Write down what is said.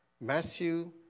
Matthew